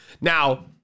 Now